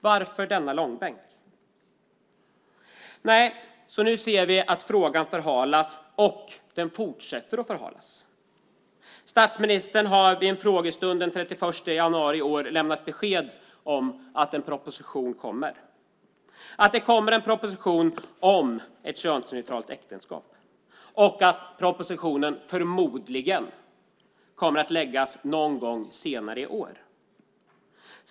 Varför denna långbänk? Nu ser vi att frågan har förhalats, och den fortsätter att förhalas. Statsministern har vid en frågestund den 31 januari i år lämnat besked om att det kommer en proposition om könsneutrala äktenskap och att propositionen förmodligen kommer att läggas fram någon gång senare i år.